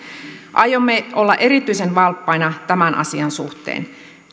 aiomme olla erityisen valppaina tämän asian suhteen